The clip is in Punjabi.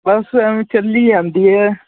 ਬੱਸ ਐਵੇਂ ਚੱਲੀ ਜਾਂਦੀ ਹੈ